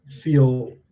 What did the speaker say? feel